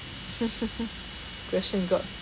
question god